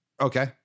okay